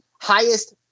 highest